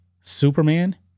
Superman